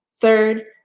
Third